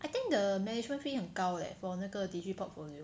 I think the management fee 很高 leh for 那个 digi portfolio